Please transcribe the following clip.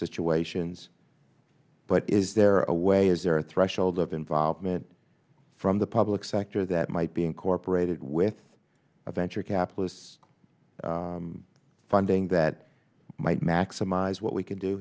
situations but is there a way is there a threshold of involvement from the public sector that might be incorporated with a venture capitalists funding that might maximize what we c